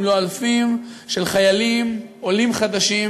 אם לא אלפים של חיילים עולים חדשים,